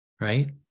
right